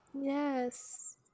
yes